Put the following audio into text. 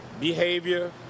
behavior